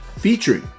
featuring